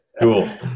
cool